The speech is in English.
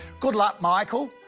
good luck, michael,